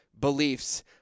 beliefs